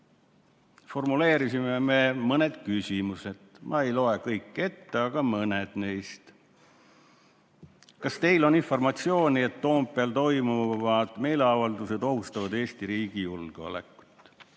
formuleerisime me mõned küsimused. Ma ei loe ette kõiki, vaid mõne neist. Kas teil on informatsiooni, et Toompeal toimuvad meeleavaldused ohustavad Eesti riigi julgeolekut?